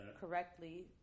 correctly